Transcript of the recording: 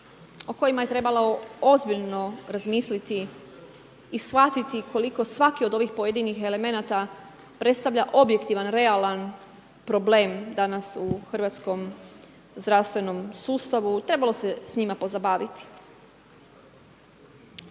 o kojima je trebalo ozbiljno razmisliti i shvatiti koliko svaki od ovih pojedinih elemenata predstavlja objektivan realan problem danas u hrvatskom zdravstvenom sustavu, trebalo se s njima pozabaviti.